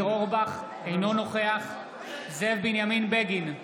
אינו נוכח זאב בנימין בגין,